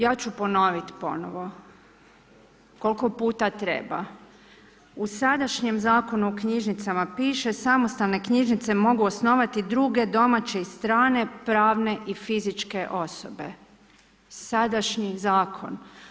Ja ću ponoviti ponovno, koliko puta treba u sadašnjem Zakonu o knjižnicama, piše samostalne knjižnice mogu osnovati druge domaće i strane pravne i fizičke osobe, sadašnji zakon.